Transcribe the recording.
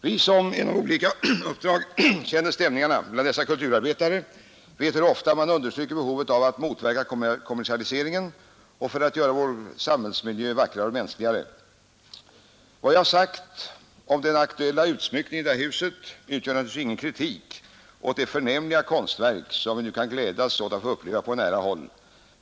Vi som genom olika uppdrag känner stämningarna bland dessa kulturarbetare vet hur ofta de understryker behovet av att motverka kommersialiseringen för att göra vår samhällsmiljö vackrare och mänskligare. Vad jag sagt om den aktuella utsmyckningen i detta hus utgör naturligtvis ingen kritik av det förnämliga konstverk som vi nu kan glädja oss åt att få uppleva på nära håll.